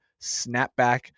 snapback